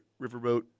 Riverboat